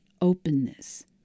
openness